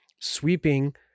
Sweeping